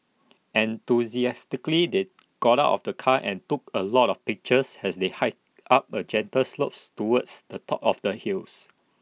enthusiastically they got out of the car and took A lot of pictures as they hiked up A gentle slopes towards the top of the hills